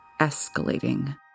escalating